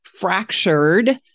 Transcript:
fractured